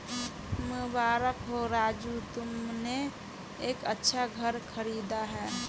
मुबारक हो राजू तुमने एक अच्छा घर खरीदा है